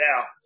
now